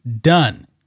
done